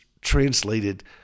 translated